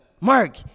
Mark